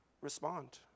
respond